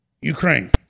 Ukraine